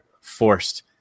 forced